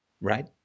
Right